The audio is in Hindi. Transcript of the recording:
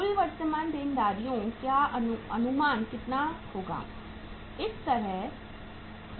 कुल वर्तमान देनदारियों का अनुमान कितना होगा